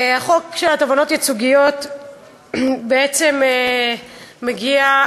הצעת החוק תובענות ייצוגיות בעצם מגיעה,